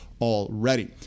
already